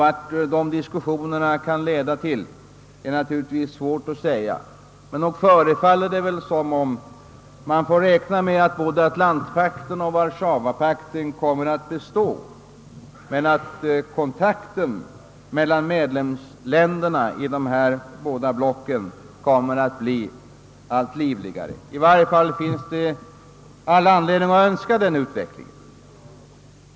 Vart dessa diskussioner kan leda är svårt att säga, men det förefaller troligt att både Atlantpakten och Warszawapakten kommer att bestå men att kontakterna mellan medlemsstaterna i de båda blocken kommer att bli allt livligare. I varje fall finns det all anledning att önska en sådan utveckling.